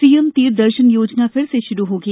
CM तीर्थ दर्शन योजना फिर श्रू होगी